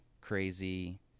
crazy